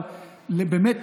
אבל באמת,